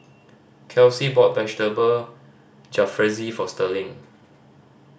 Kelsi bought Vegetable Jalfrezi for Sterling